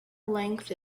length